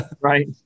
Right